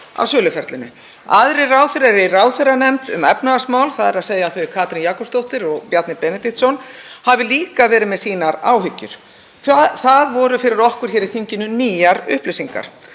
af söluferlinu. Aðrir ráðherrar í ráðherranefnd um efnahagsmál, þ.e. þau Katrín Jakobsdóttir og Bjarni Benediktsson, hafi líka verið með sínar áhyggjur. Það voru fyrir okkur hér í þinginu nýjar upplýsingar.